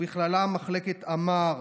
ובכלל מחלקת אמ"ר,